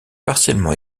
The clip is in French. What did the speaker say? partiellement